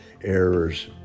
errors